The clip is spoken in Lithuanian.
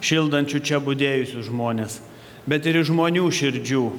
šildančių čia budėjusius žmones bet ir žmonių širdžių